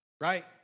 right